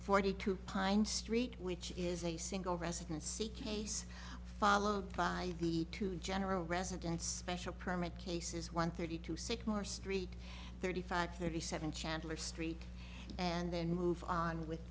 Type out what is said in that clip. forty two pine street which is a single residency case followed by the two general residence special permit cases one thirty two six more street thirty five thirty seven chandler street and then move on with